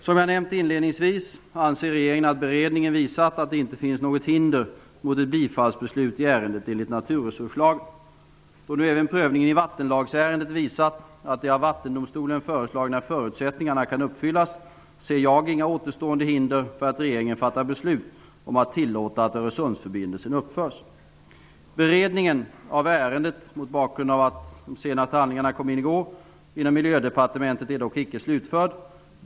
Som jag nämnde inledningsvis anser regeringen att beredningen har visat att det inte finns något hinder mot ett bifallsbeslut i ärendet enligt naturresurslagen. Då nu även prövningen i vattenlagsärendet har visat att de av Vattendomstolen föreslagna förutsättningarna kan uppfyllas ser jag inga återstående hinder för att regeringen fattar beslut om att tillåta att Öresundsförbindelsen uppförs. Beredningen av ärendet inom Miljödepartementet är dock icke slutförd.